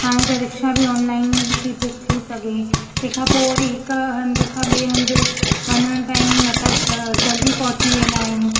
हाणे त रिक्शा बि ऑनलाइन ते बूक थी सघे तंहिंखां पोइ वरी हिकु हंधि खां ॿिए हंधि वञणु ताईं मतलबु जल्दी पहुची वेंदा आहियूं